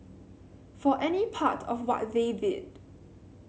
for any part of what they did